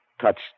touched